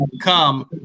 come